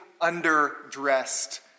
underdressed